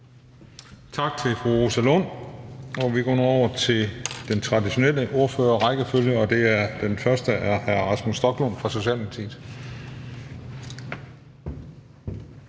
Tak til fru Rosa Lund. Vi går nu over til den traditionelle ordførerrækkefølge. Den første er hr. Rasmus Stoklund fra Socialdemokratiet.